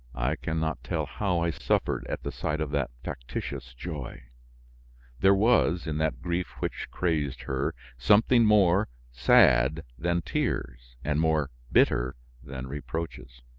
i can not tell how i suffered at the sight of that factitious joy there was, in that grief which crazed her, something more sad than tears and more bitter than reproaches.